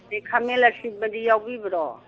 ꯑꯗꯩ ꯈꯥꯃꯦꯟ ꯑꯁꯤꯟꯕꯗꯤ ꯌꯥꯎꯕꯤꯕ꯭ꯔꯣ